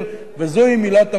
וזוהי מילת המפתח.